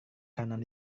kanan